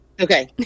Okay